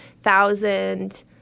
thousand